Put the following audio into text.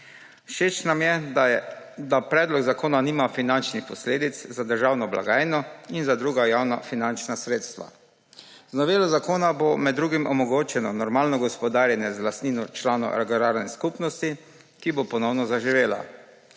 Všeč nam je, da predlog zakona nima finančnih posledic za državno blagajno in za druga javna finančna sredstva. Z novelo zakona bo med drugim omogočeno normalno gospodarjenje z lastnino članov agrarne skupnosti, ki bo ponovno zaživela.